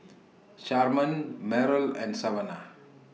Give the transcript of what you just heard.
Sherman Merrill and Savanah